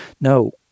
no